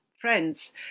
friends